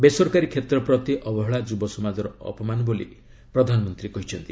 ବେସରକାରୀ କ୍ଷେତ୍ର ପ୍ରତି ଅବହେଳା ଯୁବସମାଜର ଅପମାନ ବୋଲି ପ୍ରଧାନମନ୍ତ୍ରୀ କହିଛନ୍ତି